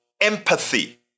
empathy